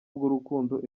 bw’urukundo